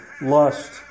lust